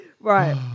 Right